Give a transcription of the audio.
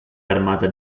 armata